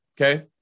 Okay